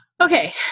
okay